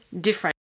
different